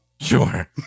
Sure